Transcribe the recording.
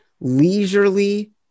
leisurely